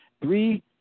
three